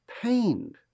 pained